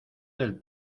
del